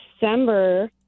December